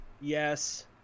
Yes